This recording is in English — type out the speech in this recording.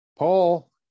Paul